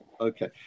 Okay